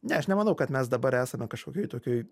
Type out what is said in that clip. ne aš nemanau kad mes dabar esame kažkokioj tokioj